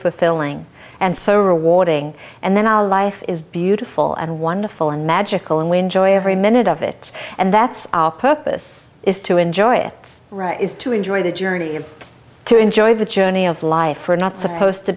fulfilling and so rewarding and then our life is beautiful and wonderful and magical and we enjoy every minute of it and that's our purpose is to enjoy it it's right is to enjoy the journey and to enjoy the journey of life are not supposed to